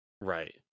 Right